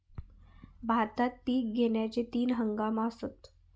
भारतात पिक घेण्याचे तीन हंगाम आसत